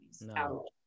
no